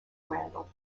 randall